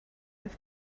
have